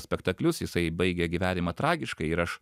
spektaklius jisai baigė gyvenimą tragiškai ir aš